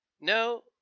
No